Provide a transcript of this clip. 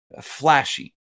flashy